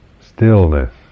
stillness